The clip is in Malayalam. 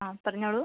ആ പറഞ്ഞോളൂ